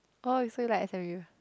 oh you feel like s_m_u